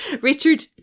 Richard